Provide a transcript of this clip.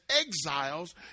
exiles